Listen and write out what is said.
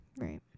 Right